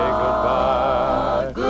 goodbye